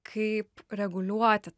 kaip reguliuoti